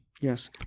Yes